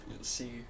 see